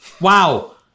wow